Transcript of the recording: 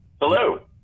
hello